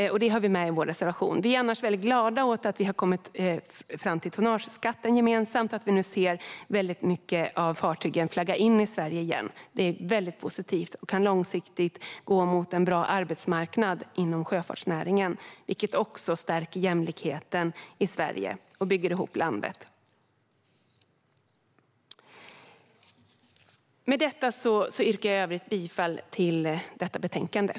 Detta har vi med i vår reservation. Vi är annars glada åt att riksdagen har kommit överens om tonnageskatten och att vi nu ser många fartyg flagga in i Sverige igen. Det är positivt, och vi kan långsiktigt gå mot en bra arbetsmarknad inom sjöfartsnäringen, vilket också stärker jämlikheten i Sverige och bygger ihop landet. Jag yrkar i övrigt bifall till utskottets förslag.